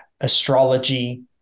astrology